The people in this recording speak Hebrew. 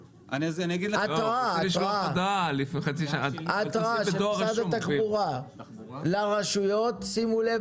התראה של משרד התחבורה לרשויות - שימו לב,